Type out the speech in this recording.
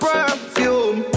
Perfume